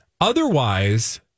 Otherwise